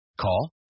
Call